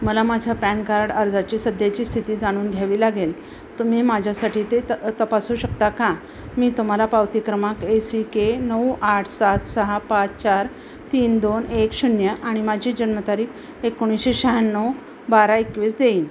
मला माझ्या PAN card अर्जाची सध्याची स्थिती जाणून घ्यावी लागेल तुम्ही माझ्यासाठी ते त तपासू शकता का मी तुम्हाला पावती क्रमांक ए सी के नऊ आठ सात सहा पाच चार तीन दोन एक शून्य आणि माझी जन्मतारीख एकोणीसशे शहाण्णव बारा एकवीस देईन